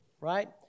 right